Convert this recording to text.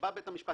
בית המשפט